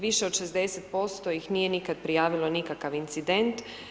Više od 60% ih nije nikad prijavilo nikakav incident.